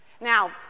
Now